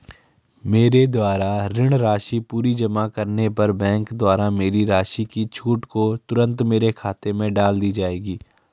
मेरे द्वारा ऋण राशि पूरी जमा करने पर बैंक द्वारा मेरी राशि की छूट को तुरन्त मेरे खाते में डाल दी जायेगी?